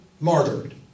martyred